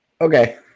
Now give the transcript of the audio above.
Okay